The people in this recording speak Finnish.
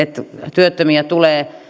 työttömiä tulee